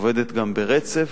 עובדת גם ברצף,